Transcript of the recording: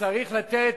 וצריך לתת,